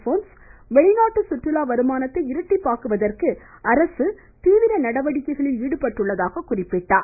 bones வெளிநாட்டு சுற்றுலா வருமானத்தை இரட்டிப்பாக்குவதற்கு அரசு தீவிர நடவடிக்கையில் ஈடுபட்டுள்ளதாக கூறினார்